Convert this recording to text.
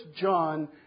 John